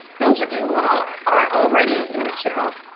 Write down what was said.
those of you who are are already in the south,